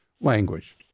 language